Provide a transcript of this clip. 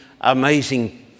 amazing